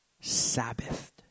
Sabbath